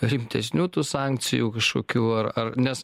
rimtesnių tų sankcijų kažkokių ar ar nes